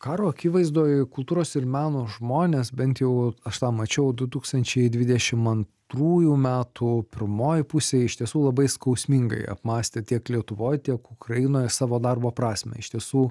karo akivaizdoje kultūros ir meno žmonės bent jau aš tą mačiau du tūkstančiai dvidešim antrųjų metų pirmojoj pusėj iš tiesų labai skausmingai apmąstė tiek lietuvoj tiek ukrainoj savo darbo prasmę iš tiesų